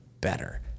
better